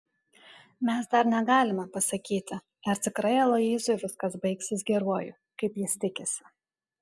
mes dar negalime pasakyti ar tikrai aloyzui viskas baigsis geruoju kaip jis tikisi